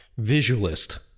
visualist